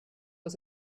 was